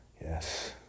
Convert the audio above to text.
Yes